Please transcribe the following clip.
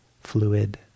fluid